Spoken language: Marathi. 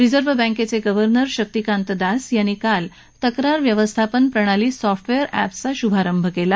रिझर्व्ह बँकेचे गव्हर्नर शक्तीकांत दास यांनी काल तक्रार व्यवस्थापन प्रणाली सॉफ्टवेअर असिचा शुभारंभ केला